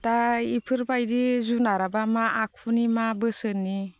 दा इफोरबायदि जुनाराबा मा आखुनि मा बोसोननि